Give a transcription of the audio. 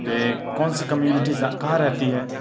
کہ کون سی کمیونٹی کہاں رہتی ہے